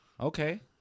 Okay